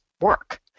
work